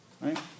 Right